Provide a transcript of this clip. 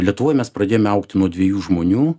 lietuvoj mes pradėjome augti nuo dviejų žmonių